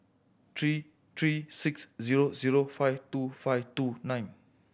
three three six zero zero five two five two nine